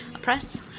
press